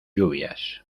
lluvias